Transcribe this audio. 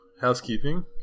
housekeeping